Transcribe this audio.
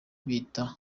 bita